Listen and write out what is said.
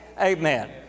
amen